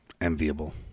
enviable